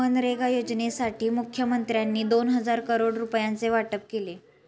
मनरेगा योजनेसाठी मुखमंत्र्यांनी दोन हजार करोड रुपयांचे वाटप केले